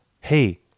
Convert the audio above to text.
Hey